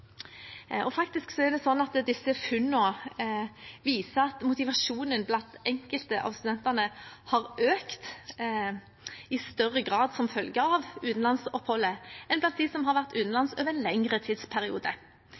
studere. Faktisk viser disse funnene at motivasjonen blant enkelte av studentene har økt i større grad som følge av utenlandsoppholdet enn blant dem som har vært